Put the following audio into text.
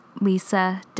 Lisa